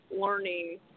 learning